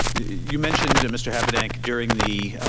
you mentioned, mr. habedank, during the